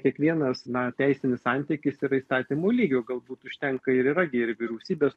kiekvienas na teisinis santykis yra įstatymų lygio galbūt užtenka ir yra gi ir vyriausybės